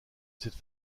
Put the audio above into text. cette